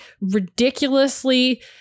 ridiculously